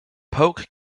polk